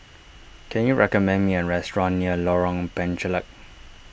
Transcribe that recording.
can you recommend me a restaurant near Lorong Penchalak